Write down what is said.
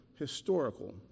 Historical